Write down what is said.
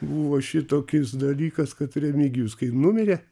buvo šitokis dalykas kad remigijus kai numirė